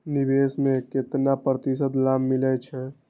निवेश में केतना प्रतिशत लाभ मिले छै?